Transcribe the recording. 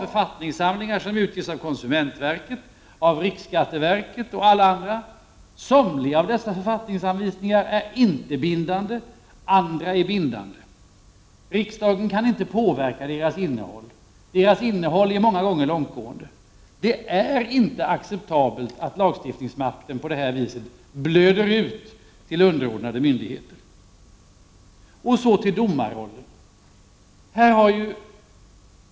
Författningssamlingar utges av konsumentverket, riksskatteverket och många andra myndigheter. En del författningsanvisningar är inte bindande, andra är det. Riksdagen kan inte påverka innehållet, som många gånger är långtgående. Det är inte acceptabelt att lagstiftningsmakten på det sättet ”blöder ut” till underordnade myndigheter. Jag vill även säga något om domarrollen.